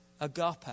agape